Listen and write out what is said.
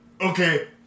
Okay